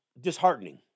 disheartening